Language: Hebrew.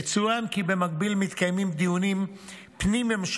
יצוין כי במקביל מתקיימים דיונים פנים-ממשלתיים